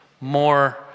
more